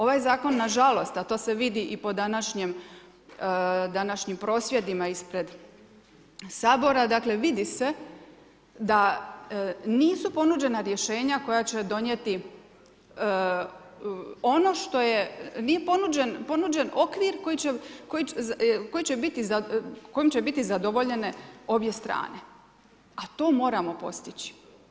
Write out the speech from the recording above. Ovaj zakon na žalost, a to se vidi i po današnjim prosvjedima ispred Sabora, dakle vidi se da nisu ponuđena rješenja koja će donijeti ono što je, nije ponuđen okvir koji će biti, kojim će biti zadovoljene obje strane a to moramo postići.